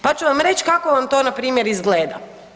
Pa ću vam reći kako vam to npr. izgleda.